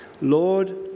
Lord